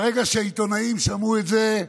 ברגע שהעיתונאים שמעו את זה,